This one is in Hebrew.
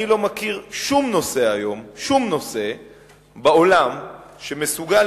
אני לא מכיר היום שום נושא בעולם שמסוגל